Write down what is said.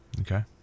Okay